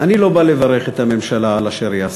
אני לא בא לברך את הממשלה על אשר היא עשתה,